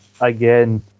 again